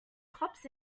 cops